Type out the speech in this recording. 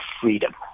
freedom